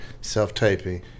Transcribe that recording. self-taping